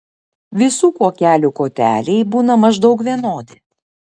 visų kuokelių koteliai būna maždaug vienodi